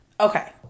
Okay